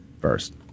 first